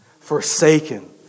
Forsaken